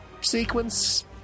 sequence